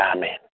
Amen